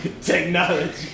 Technology